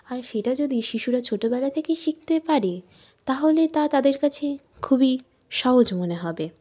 আর সেটা যদি শিশুরা ছোটোবেলা থেকে শিখতে পারে তাহলে তা তাদের কাছে খুবই সহজ মনে হবে